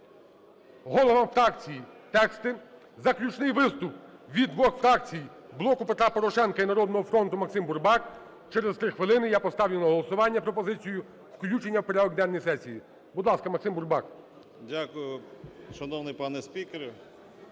головам фракцій тексти. Заключний виступ від двох фракцій: "Блоку Петра Порошенка" і "Народного фронту" - Максим Бурбак. Через 3 хвилини я поставлю на голосування пропозицію включення в порядок денний сесії. Будь ласка, Максим Бурбак. 14:01:34 БУРБАК М.Ю. Дякую, шановний пане спікер.